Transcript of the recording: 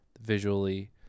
visually